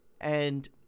and-